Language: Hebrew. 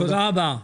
תודה רבה.